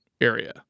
area